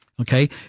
okay